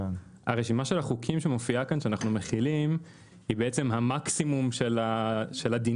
הרשימה של החוקים שמופיעה כאן היא המקסימום של הדינים.